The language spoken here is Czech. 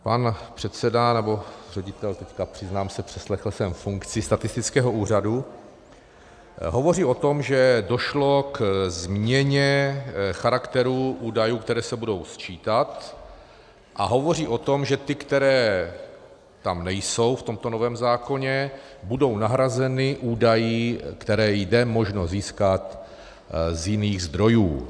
Pan předseda, nebo ředitel, přiznám se, přeslechl jsem funkci, statistického úřadu hovoří o tom, že došlo ke změně charakteru údajů, které se budou sčítat, a hovoří o tom, že ty, které v tomto novém zákoně nejsou, budou nahrazeny údaji, které je možno získat z jiných zdrojů.